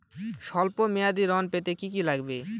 সল্প মেয়াদী ঋণ পেতে কি কি লাগবে?